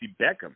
Beckham